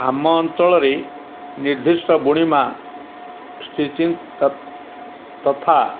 ଆମ ଅଞ୍ଚଳରେ ନିର୍ଦ୍ଧିଷ୍ଟ ବୁଣିବା ଷ୍ଟିଚିଂ ତ ତଥା